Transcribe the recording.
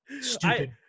Stupid